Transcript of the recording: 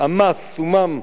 עמה סומם,